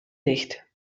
nicht